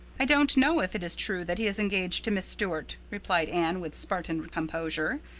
i don't know if it is true that he is engaged to miss stuart, replied anne, with spartan composure,